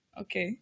Okay